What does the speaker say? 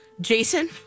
Jason